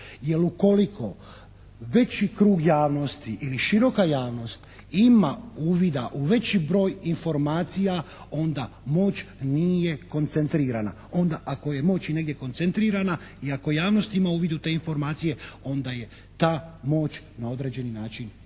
jer ukoliko veći krug javnosti ili široka javnost ima uvida u veći broj informacija onda moć nije koncentrirana, onda ako je moć i negdje koncentrirana i ako javnost ima uvid u te informacije onda je ta moć na određeni način i